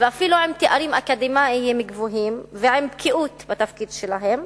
ואפילו עם תארים אקדמיים גבוהים ועם בקיאות בתפקיד שלהם,